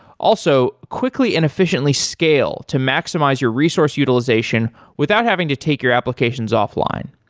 also, quickly and efficiently scale to maximize your resource utilization without having to take your applications offline.